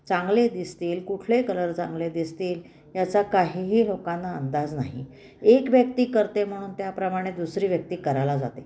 चांगले दिसतील कुठले कलर चांगले दिसतील याचा काहीही लोकांना अंदाज नाही एक व्यक्ती करते म्हणून त्याप्रमाणे दुसरी व्यक्ती करायला जाते